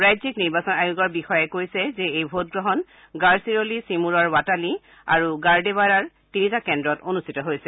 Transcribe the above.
ৰাজ্যিক নিৰ্বাচন আয়োগৰ বিষয়াই কৈছে যে এই ভোটগ্ৰহণ গাড়চিৰোলী চিমুৰৰ ৱাটালি আৰু গাৰডেৱাড়াৰ এই তিনিটা কেন্দ্ৰত অনুষ্ঠিত হৈছে